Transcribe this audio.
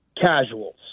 casuals